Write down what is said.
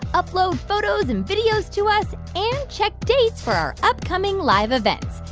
upload photos and videos to us and check dates for our upcoming live events.